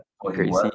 Crazy